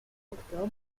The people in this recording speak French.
octobre